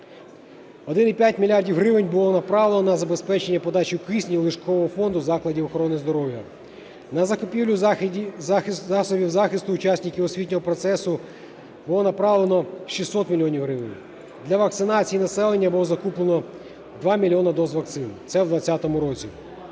1,5 мільярда гривень було направлено на забезпечення подачі кисню ліжкового фонду закладів охорони здоров'я. На закупівлю засобів захисту учасників освітнього процесу було направлено 600 мільйонів гривень. Для вакцинації населення було закуплено 2 мільйони доз вакцин. Це в 20-му році.